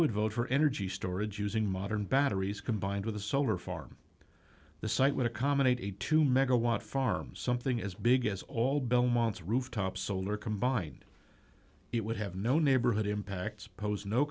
would vote for energy storage using modern batteries combined with a solar farm the site would accommodate a two megawatt farm something as big as all belmont's rooftop solar combined it would have no neighborhood impact